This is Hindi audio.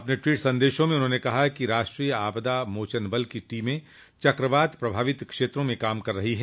अपने ट्वीट संदेशों में उन्होंने कहा कि राष्ट्रीय आपदा मोचन बल की टीमें चक्रवात प्रभावित क्षेत्रों में काम कर रही हैं